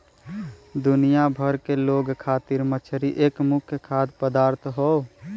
दुनिया भर के लोग खातिर मछरी एक मुख्य खाद्य पदार्थ हौ